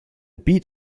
beat